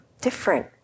different